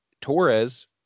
Torres